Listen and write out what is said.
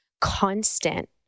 constant